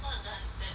well done